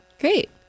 Great